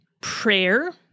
prayer